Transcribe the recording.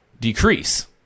decrease